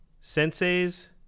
sensei's